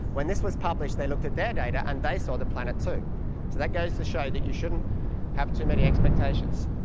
when this was published they looked at their data and they saw the planet too. so so that goes to show that you shouldn't have too many expectations.